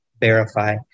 verify